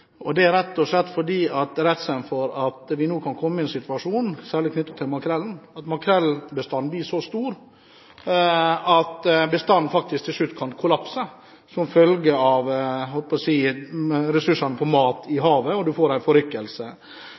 sild. Det er rett og slett fordi redselen for at vi nå kan komme i en situasjon hvor makrellbestanden blir så stor at den faktisk til slutt kan kollapse som følge av – jeg holdt på å si – matressursene i havet; man får en forrykkelse.